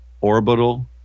Orbital